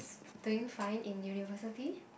doing fine in university